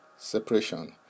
separation